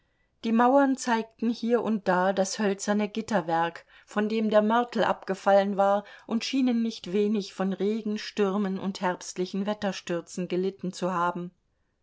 die mauern zeigten hier und da das hölzerne gitterwerk von dem der mörtel abgefallen war und schienen nicht wenig von regen stürmen und herbstlichen wetterstürzen gelitten zu haben